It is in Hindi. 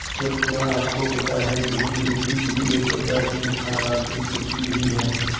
क्या आपको पता है झूम कृषि भी एक प्रकार की स्थानान्तरी कृषि ही है?